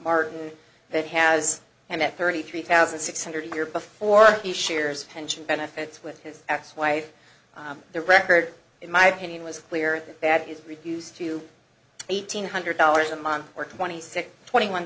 martin that has and at thirty three thousand six hundred years before he shares pension benefits with his ex wife the record in my opinion was clear that is refused to eighteen hundred dollars a month or twenty six twenty one